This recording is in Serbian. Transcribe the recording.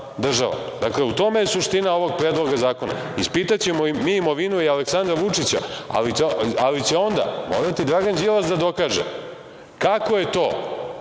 država. Dakle, u tome je suština ovog predloga zakona. Ispitaćemo mi imovinu i Aleksandra Vučića, ali će onda morati Dragan Đilas da dokaže kako je to